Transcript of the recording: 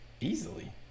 Easily